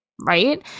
right